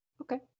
Okay